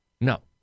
No